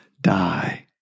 die